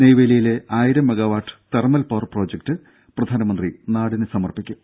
നെയ്വേലിയിലെ ആയിരം megawatt thermal power project പ്രധാനമന്ത്രി നാടിന് സമർപ്പിക്കും